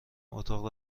اتاق